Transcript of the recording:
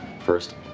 First